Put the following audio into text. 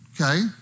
okay